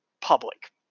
public